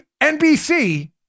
NBC